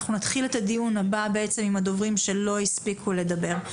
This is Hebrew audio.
אנחנו נתחיל את הדיון הבא עם הדוברים שלא הספיקו לדבר.